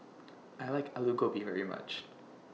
I like Aloo Gobi very much